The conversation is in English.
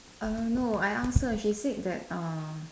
err no I ask her she said that err